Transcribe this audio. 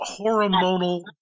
hormonal